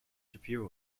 shapiro